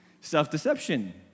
Self-deception